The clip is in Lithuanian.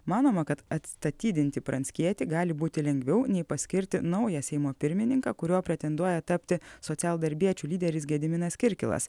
manoma kad atstatydinti pranckietį gali būti lengviau nei paskirti naują seimo pirmininką kuriuo pretenduoja tapti socialdarbiečių lyderis gediminas kirkilas